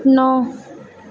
नौ